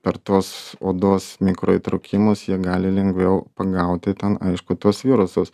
per tuos odos mikro įtrūkimus jie gali lengviau pagauti ten aišku tuos virusus